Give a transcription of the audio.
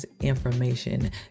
information